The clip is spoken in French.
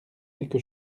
quelque